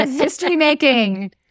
history-making